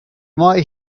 might